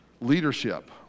leadership